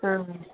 ആ